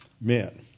men